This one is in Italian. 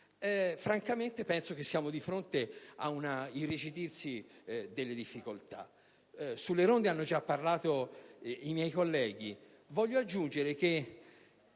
ferma, siamo di fronte ad un irrigidirsi delle difficoltà. Sulle ronde hanno già parlato i miei colleghi.